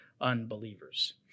unbelievers